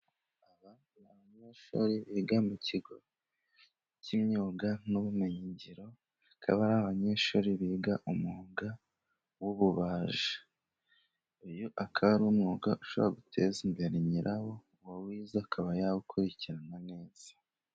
Aba ni abanyeshuri biga mu kigo cy'imyuga n'ubumenyingiro, bakaba ari abanyeshuri biga umwuga w'ububaji. Iyo akaba ari umwuga ushobora guteza imbere nyirawo, uwawize akaba yawukurikirana neza.